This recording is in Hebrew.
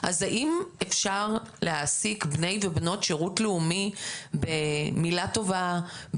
אז האם אפשר להעסיק בני ובנות שירות לאומי במילה טובה,